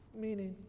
Meaning